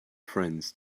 friends